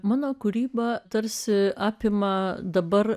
mano kūryba tarsi apima dabar